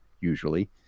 usually